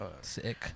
sick